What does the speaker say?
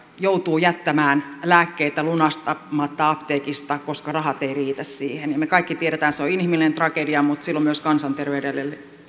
joutuu jättämään lääkkeitä lunastamatta apteekista koska rahat eivät riitä niihin me kaikki tiedämme että se on inhimillinen tragedia mutta sillä on myös kansanterveydelle